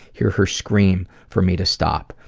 hear her scream for me to stop.